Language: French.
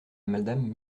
madame